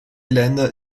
länder